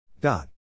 Dot